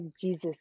Jesus